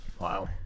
Wow